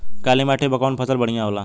काली माटी पर कउन फसल बढ़िया होला?